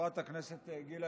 שחברת הכנסת גילה